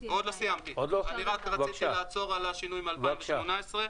אני ממשיך בקריאה: